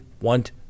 want